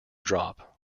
drop